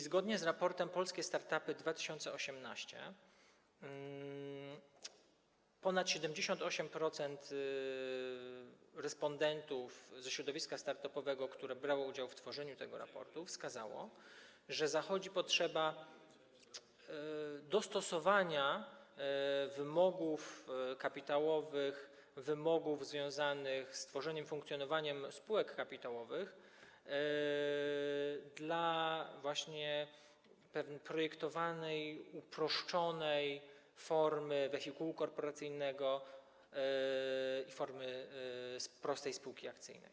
Zgodnie z raportem „Polskie start-upy 2018” ponad 78% respondentów ze środowiska start-upowego, które brało udział w tworzeniu tego raportu, wskazało, że zachodzi potrzeba dostosowania wymogów kapitałowych, wymogów związanych z tworzeniem, funkcjonowaniem spółek kapitałowych do właśnie projektowanej, uproszczonej formy wehikułu korporacyjnego i formy prostej spółki akcyjnej.